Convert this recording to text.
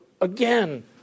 again